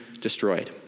destroyed